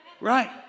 Right